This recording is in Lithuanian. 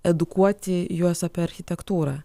edukuoti juos apie architektūrą